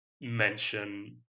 mention